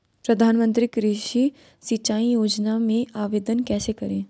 प्रधानमंत्री कृषि सिंचाई योजना में आवेदन कैसे करें?